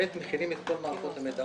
ב', מכינים את כל מערכות המידע.